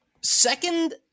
Second